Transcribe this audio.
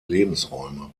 lebensräume